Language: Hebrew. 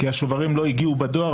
כי השוברים לא הגיעו בדואר.